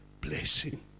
blessing